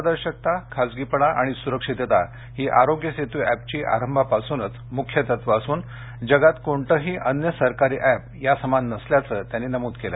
पारदर्शकता खासगीपणा आणि सुरक्षितता ही आरोग्य सेतु ऍपची आरंभापासूच मुख्य तत्वं असून जगात कोणतंही अन्य सरकारी ऍप यासमान नसल्याचं त्यांनी नमूद केलं